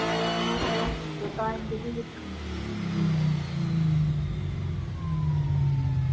ते तां ई